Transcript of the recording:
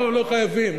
לא חייבים.